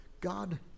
God